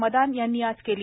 मदान यांनी आज केली